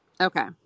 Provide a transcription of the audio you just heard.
Okay